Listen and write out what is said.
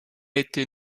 été